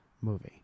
movie